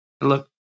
Look